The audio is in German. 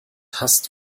hasst